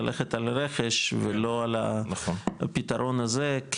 ללכת על רכש ולא על הפתרון הזה,